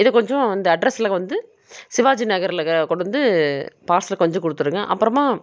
இது கொஞ்சம் இந்த அட்ரஸில் வந்து சிவாஜி நகரில் கொண்டு வந்து பார்சல் கொஞ்சம் கொடுத்துடுங்க அப்புறமா